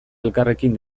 elkarrekin